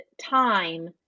time